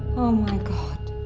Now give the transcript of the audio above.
oh my god,